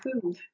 food